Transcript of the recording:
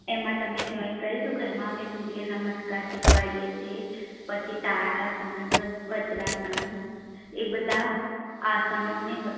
એમાં તમે જોઈન કરી શકો એમાં અમે સૂર્ય નમસ્કાર શીખવાડીએ છીએ પછી તાળાસન વજ્રાસન એ બધા આસનો ને બ